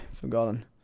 Forgotten